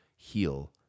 heal